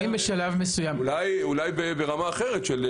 אולי ברמה אחרת.